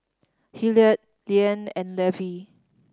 Hilliard Liane and Levy